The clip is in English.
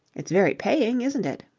it's very paying, isn't it?